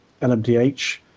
LMDH